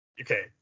Okay